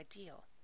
ideal